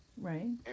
Right